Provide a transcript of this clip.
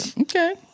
okay